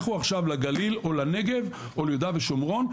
לכו עכשיו לגליל או לנגב או ליהודה ושומרון,